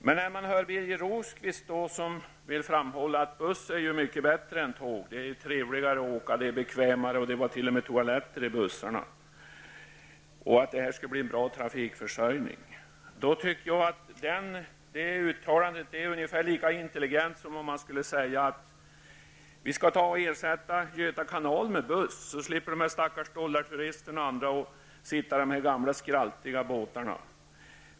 Birger Rosqvist anser att buss är mycket bättre än tåg -- det är trevligare att åka buss, det är bekvämare, och det finns t.o.m. toaletter i bussarna -- och han säger att det skall bli en bra trafikförsörjning. Jag tycker att det uttalandet är ungefär lika intelligent som att säga att vi skall ersätta trafiken på Göta Kanal med buss, så slipper de stackars dollarturisterna och andra sitta i de gamla skraltiga båtarna.